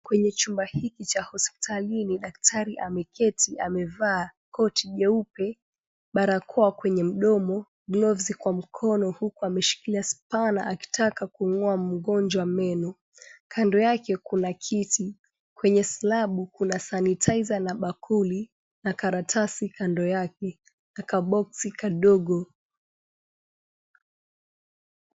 Kwenye chumba hiki cha hospitalini daktari ameketi amevaa koti jeupe, barakoa kwenye mdomo, gloves kwa mkono huku ameshikilia spana akitaka kumng'oa mgonjwa meno, kando yake kuna kiti. Kwenye silabu kuna sanitizer na bakuli na karatasi kando yake na kabox kadogo.